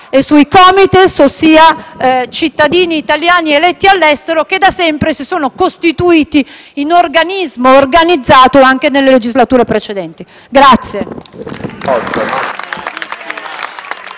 e sui Comites, ossia cittadini italiani eletti all'estero che da sempre si sono costituiti in organismo organizzato, anche nelle legislature precedenti.